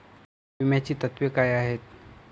विम्याची तत्वे काय आहेत?